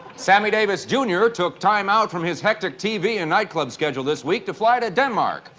sammy davis junior took time out from his hectic tv and night club schedule this week to fly to denmark.